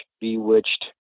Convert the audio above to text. Bewitched